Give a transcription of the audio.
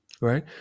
Right